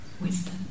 wisdom